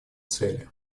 цели